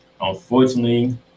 unfortunately